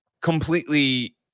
completely